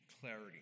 clarity